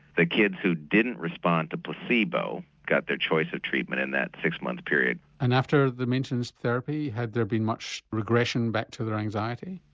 the kids who didn't respond to placebo got their choice of treatment in that six month period. and after the maintenance therapy had there been much regression back to their anxiety?